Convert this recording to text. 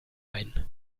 ein